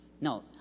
No